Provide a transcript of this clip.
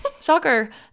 Shocker